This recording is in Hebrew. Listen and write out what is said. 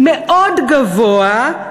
מאוד גבוה,